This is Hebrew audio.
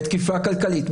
בתקיפה כלכלית,